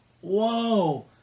Whoa